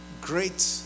great